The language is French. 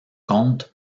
comte